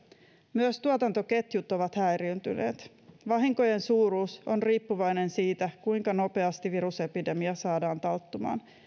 myös tuotantoketjut ovat häiriintyneet vahinkojen suuruus on riippuvainen siitä kuinka nopeasti virusepidemia saadaan talttumaan